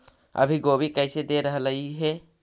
अभी गोभी कैसे दे रहलई हे?